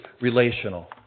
relational